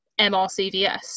MRCVS